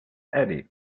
eddie